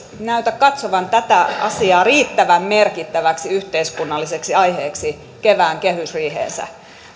näytä katsovan tätä asiaa riittävän merkittäväksi yhteiskunnalliseksi aiheeksi kevään kehysriiheensä